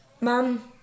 Mom